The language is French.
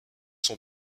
sont